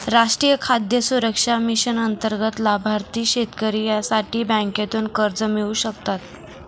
राष्ट्रीय खाद्य सुरक्षा मिशन अंतर्गत लाभार्थी शेतकरी यासाठी बँकेतून कर्ज मिळवू शकता